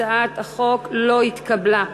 הצעת החוק לא התקבלה.